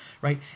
right